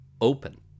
open